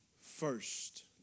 first